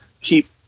keep